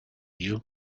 you